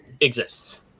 exists